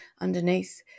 underneath